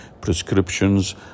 prescriptions